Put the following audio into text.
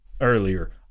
earlier